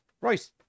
Right